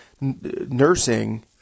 nursing